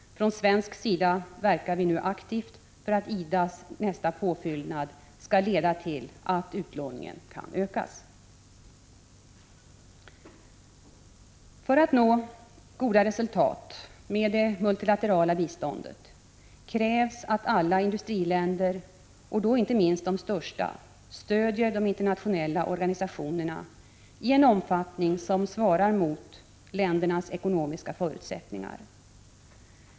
Från svensk sida verkar vi nu aktivt för att IDA:s nästa påfyllnad skall leda till att utlåningen kan ökas. För att nå goda resultat med det multilaterala biståndet krävs att alla industriländer, och då inte minst de största, stöder de internationella organisationerna i en omfattning som svarar mot dessa länders ekonomiska förutsättningar.